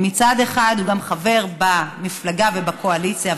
מצד אחד הוא חבר במפלגה ובקואליציה,